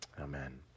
Amen